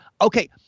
okay